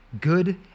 Good